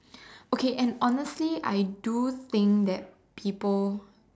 okay and honestly I do think that people